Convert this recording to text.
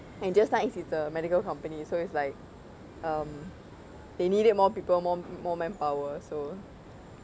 and just like it's a medical company so it's like um they needed more people more more manpower so